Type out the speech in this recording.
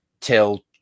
till